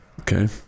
Okay